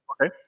Okay